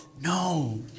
No